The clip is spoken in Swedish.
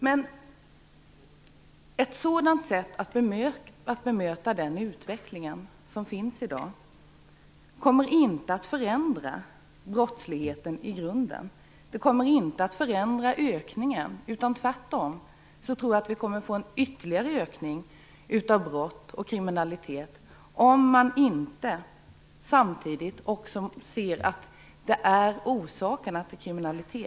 Men ett sådant sätt att bemöta dagens utveckling kommer inte att förändra brottsligheten i grunden, och det kommer inte att hejda ökningen. Tvärtom tror jag att vi kommer att få en ytterligare ökning av kriminaliteten om vi inte samtidigt ser till orsakerna till kriminaliteten.